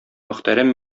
мөхтәрәм